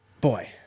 Boy